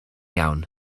iawn